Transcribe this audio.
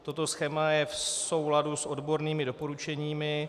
Toto schéma je v souladu s odbornými doporučeními.